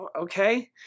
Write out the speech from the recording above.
Okay